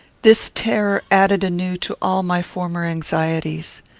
this terror added anew to all my former anxieties.